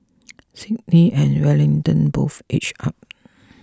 Sydney and Wellington both edged up